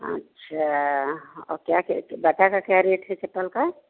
अच्छा ओ क्या कहते हैं बाटा का क्या रेट है चप्पल का